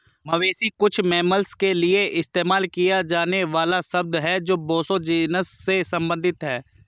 मवेशी कुछ मैमल्स के लिए इस्तेमाल किया जाने वाला शब्द है जो बोसो जीनस से संबंधित हैं